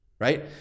right